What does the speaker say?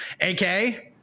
AK